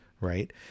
right